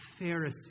Pharisee